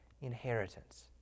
inheritance